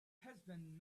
husband